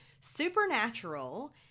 Supernatural